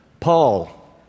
Paul